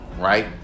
right